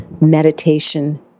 meditation